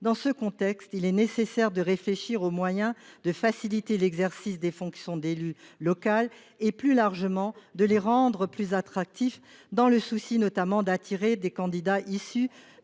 Dans ce contexte, il est nécessaire de réfléchir aux moyens de faciliter l’exercice des fonctions d’élu local et, plus largement, de les rendre plus attractives afin d’attirer des candidats issus